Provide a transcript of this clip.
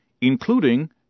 including